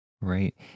Right